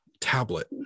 tablet